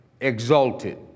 Exalted